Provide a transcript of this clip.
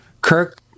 Kirk